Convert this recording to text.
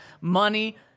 money